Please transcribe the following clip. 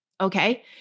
okay